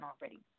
already